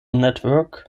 network